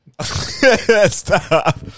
Stop